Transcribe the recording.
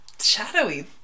shadowy